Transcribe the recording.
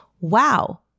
Wow